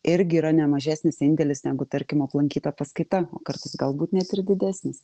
irgi yra ne mažesnis indėlis negu tarkim aplankyta paskaita kartus galbūt net ir didesnis